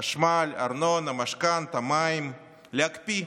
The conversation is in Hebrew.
חשמל, ארנונה, משכנתה, מים, להקפיא,